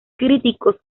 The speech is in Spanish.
críticos